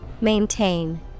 Maintain